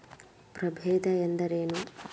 ಪ್ರಭೇದ ಎಂದರೇನು?